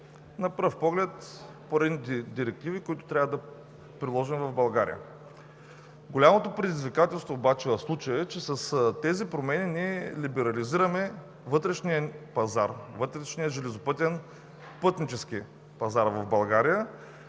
на пръв поглед поредни директиви, които трябва да приложим в България. Голямото предизвикателство в случая е, че с тези промени ние либерализираме вътрешния железопътен пътнически пазар в България